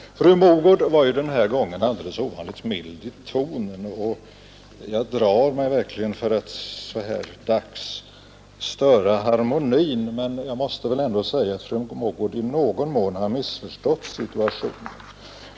Fru Mogård var den här gången alldeles ovanligt mild i tonen. Jag drar mig verkligen för att så här dags störa harmonin, men jag måste ändå säga att fru Mogård i någon mån missförstått situationen.